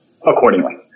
accordingly